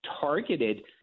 targeted